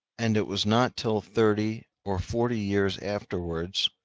and it was not till thirty or forty years afterwards,